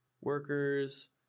workers